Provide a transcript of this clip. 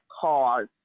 cause